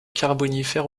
carbonifère